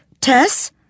Tess